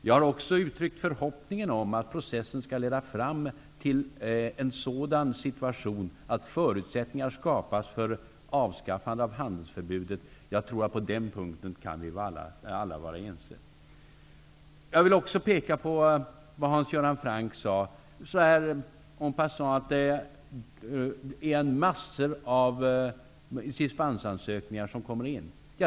Jag har också uttryckt förhoppningen om att processen skall leda fram till en sådan situation att förutsättningar skapas för avskaffande av handelsförbudet. På den punkten kan vi alla vara ense. Jag vill också peka på vad Hans Göran Franck sade en passant, att det kommer in mängder av dispensansökningar.